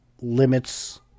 limits